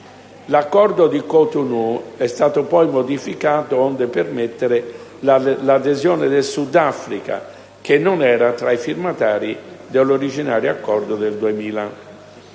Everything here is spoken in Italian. dell'Accordo di Cotonou è stato modificato onde permettere l'adesione del Sud Africa, che non era tra i firmatari dell'originario accordo del 2000.